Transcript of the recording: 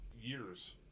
years